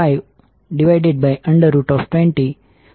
56 તો k એ 0